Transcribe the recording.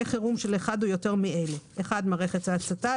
חירום של אחד או יותר מאלה: מערכת ההצתה.